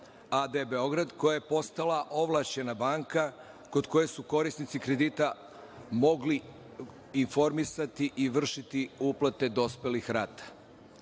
Beograd, koja je postala ovlašćena banka kod koje su korisnici kredita mogli informisati i vršiti uplate dospelih rata.